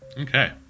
Okay